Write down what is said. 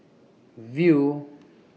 Viu